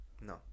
No